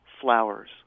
flowers